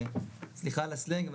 סליחה על הסלנג,